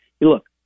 look